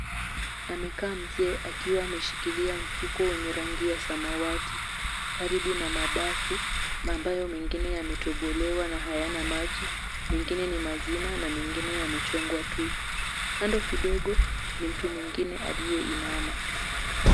Amekaa mzee akiwa ameshikilia mfuko wenye rangi ya samawati, karibu na madafu ambayo mengine yametobolewa na hayana maji, mengine ni mazima na mengine yamechongwa tu. Kando kidogo, ni mtu mwengine aliyeinama.